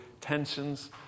tensions